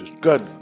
good